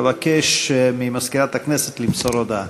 אבקש ממזכירת הכנסת למסור הודעה.